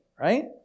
right